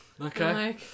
Okay